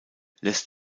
lässt